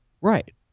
Right